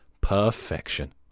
Perfection